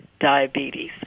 diabetes